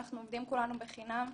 אנחנו עובדים כולנו בחינם.